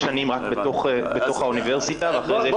שנים רק בתוך האוניברסיטה ואחרי זה יש עוד ארבע או חמש שנים